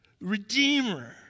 Redeemer